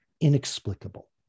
inexplicable